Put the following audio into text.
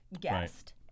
guest